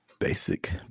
Basic